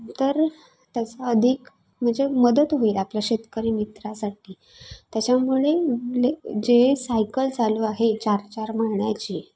तर त्याचा अधिक म्हणजे मदत होईल आपल्या शेतकरी मित्रासाठी त्याच्यामुळे जे सायकल चालू आहे चार चार महिन्याची